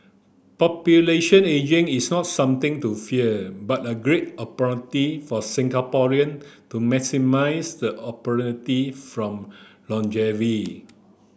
population ageing is not something to fear but a great opportunity for Singaporean to maximise the opportunity from longevity